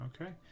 okay